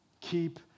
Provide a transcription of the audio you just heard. keep